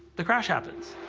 the crash happens.